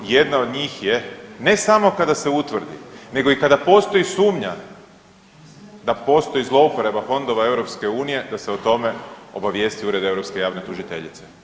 Jedna od njih je ne samo kada se utvrdi, nego kada postoji sumnja da postoji zlouporaba fondova EU, da se o tome obavijesti Ured europske javne tužiteljice.